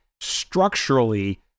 structurally